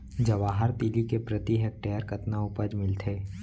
जवाहर तिलि के प्रति हेक्टेयर कतना उपज मिलथे?